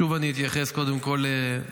שוב אני אתייחס קודם כול